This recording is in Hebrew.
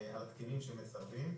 הקטינים שמסרבים: